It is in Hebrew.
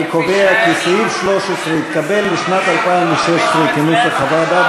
אני קובע כי סעיף 13 התקבל לשנת 2016 כנוסח הוועדה,